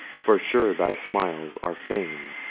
for sure thy smiles are fame.